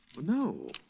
No